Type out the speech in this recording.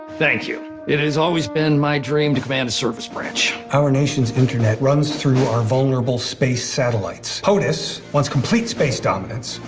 thank you. it has always been my dream to command a service branch. our nation's internet runs through our vulnerable space satellites. potus wants complete space dominance.